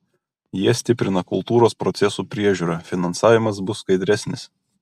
jie stiprina kultūros procesų priežiūrą finansavimas bus skaidresnis